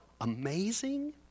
amazing